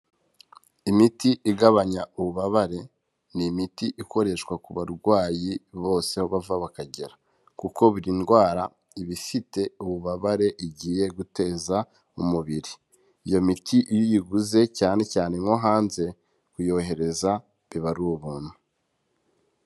Imiti igabanya ububabare ni imiti ikoreshwa ku barwayi bose aho bava bakagera kuko buri ndwara ibafite ububabare igiye guteza umubiri, iyo miti iyo uyiguze cyane cyane nko hanze kuyohereza biba ari ubuntu.